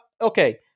okay